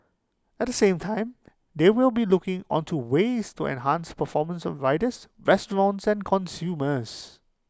at the same time they will be looking onto ways to enhance performance of riders restaurants and consumers